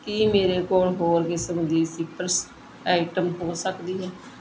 ਕੀ ਮੇਰੇ ਕੋਲ ਹੋਰ ਕਿਸਮ ਦੀ ਸਿਪਰਸ ਆਈਟਮ ਹੋ ਸਕਦੀ ਹੈ